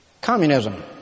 Communism